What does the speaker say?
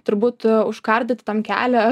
turbūt užkardyt tam kelią